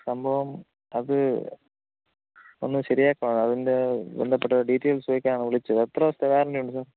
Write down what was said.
സംഭവം അത് ഒന്നു ശരിയാക്കണം അതിൻ്റെ ബന്ധപ്പെട്ട ഡീറ്റെയിൽസ് ചോദിക്കാനാണു വിളിച്ചത് എത്ര ദിവസത്തെ വാറണ്ടിയുണ്ട് സർ